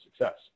success